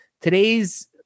Today's